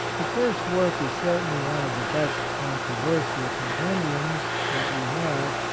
the first work is certainly one of the best controversial compendiums that we have,